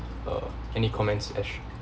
uh any comments ash